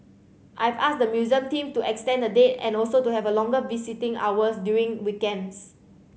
I've asked the museum team to extend the date and also to have a longer visiting hours during weekends